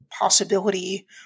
possibility